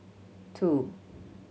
two